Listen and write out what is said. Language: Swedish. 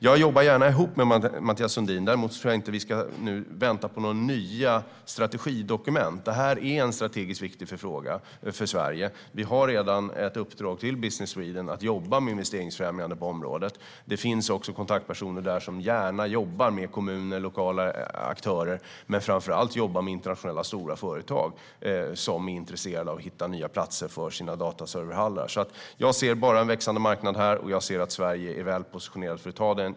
Jag jobbar gärna ihop med Mathias Sundin, men däremot tror jag inte att vi ska vänta på nya strategidokument. Detta är en strategiskt viktig fråga för Sverige. Vi har redan ett uppdrag till Business Sweden att jobba med investeringsfrämjande på området. Det finns också kontaktpersoner där som gärna jobbar med kommuner och lokala aktörer men framför allt med internationella, stora företag som är intresserade av att hitta nya platser för sina dataserverhallar. Jag ser alltså bara en växande marknad här, och jag ser att Sverige är väl positionerat för att ta den.